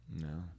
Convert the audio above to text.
No